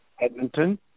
Edmonton